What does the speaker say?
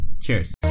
Cheers